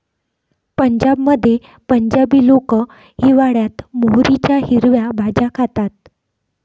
पंजाबमध्ये पंजाबी लोक हिवाळयात मोहरीच्या हिरव्या भाज्या खातात